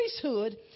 priesthood